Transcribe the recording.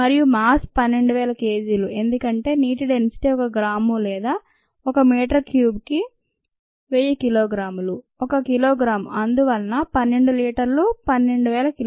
మరియు mass 12000 Kg ఎందుకంటే నీటి డెన్సిటీ ఒక గ్రాము లేదా ఒక మీటరు క్యుబెడ్ నికి 1000 కిలోగ్రాములు ఒక కిలోగ్రాము అందువలన 12000 లీటర్లు 12000 కి